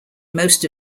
most